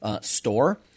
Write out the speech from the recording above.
store